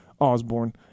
Osborne